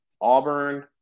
Auburn